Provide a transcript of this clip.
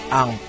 ang